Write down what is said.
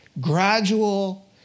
gradual